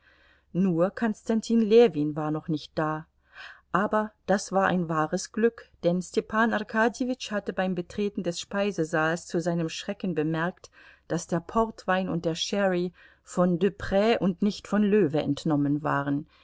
nur konstantin ljewin war noch nicht da aber das war ein wahres glück denn stepan arkadjewitsch hatte beim betreten des speisesaals zu seinem schrecken bemerkt daß der portwein und der sherry von deprs und nicht von löwe entnommen waren